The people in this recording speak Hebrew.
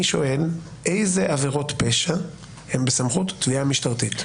אני שואל: אילו עבירות פשע הן בסמכות תביעה משטרתית?